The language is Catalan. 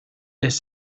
les